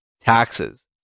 taxes